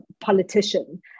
politician